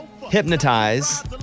Hypnotize